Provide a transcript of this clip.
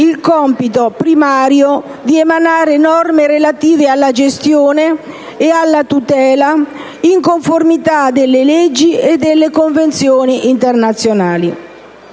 il compito primario di emanare norme relative alla gestione e alla tutela in conformità delle leggi e delle convenzioni internazionali.